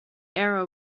arrow